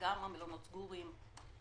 גם המלונות סוגרים.